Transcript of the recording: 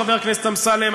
חבר הכנסת אמסלם,